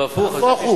לא, הפוך.